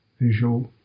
visual